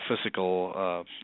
physical